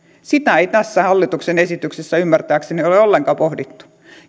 sitä ei tässä hallituksen esityksessä ymmärtääkseni ole ollenkaan pohdittu